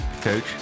Coach